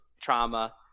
trauma